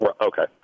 Okay